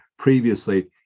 previously